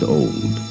old